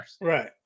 right